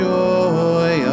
joy